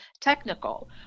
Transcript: technical